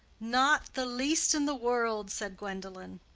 not the least in the world, said gwendolen.